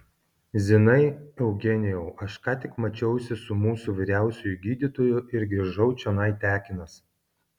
zinai eugenijau aš ką tik mačiausi su mūsų vyriausiuoju gydytoju ir grįžau čionai tekinas